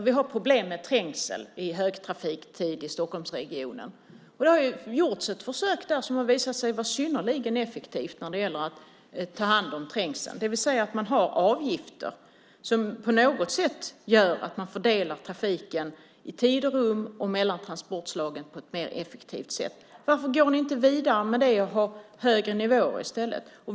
Vi har i Stockholmsregionen problem med trängseln under högtrafik. Det har gjorts ett försök som visat sig vara synnerligen effektivt när det gällt att ta hand om trängseln. Genom att ha avgifter fördelas trafiken i både tid och rum och mellan transportslagen på ett mer effektivt sätt. Varför går ni inte vidare med det och har högre nivåer?